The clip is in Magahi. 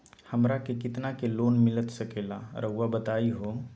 हमरा के कितना के लोन मिलता सके ला रायुआ बताहो?